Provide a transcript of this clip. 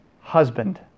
husband